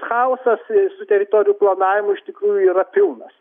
chaosas su teritorijų planavimu iš tikrųjų yra pilnas